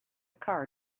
car